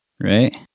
Right